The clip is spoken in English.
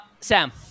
sam